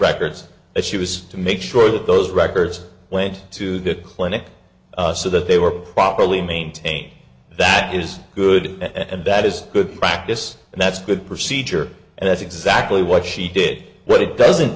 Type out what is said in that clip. records and she was to make sure that those records went to the clinic so that they were properly maintained that is good and that is good practice and that's good procedure and that's exactly what she did but it doesn't